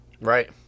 Right